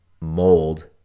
mold